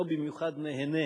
לא במיוחד נהנה